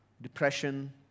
Depression